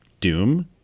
Doom